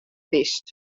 bist